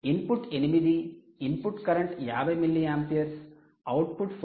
input 8 input current 50 milliamperes output 4